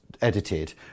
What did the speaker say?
edited